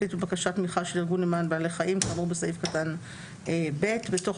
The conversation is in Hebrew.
יחליט בבקשת תמיכה של ארגון למען בעלי חיים כאמור בסעיף קטן (ב) בתוך